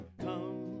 come